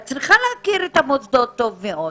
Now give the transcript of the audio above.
את צריכה להכיר את המוסדות טוב מאוד.